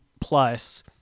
plus